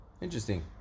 Interesting